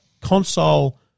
console